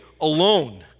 alone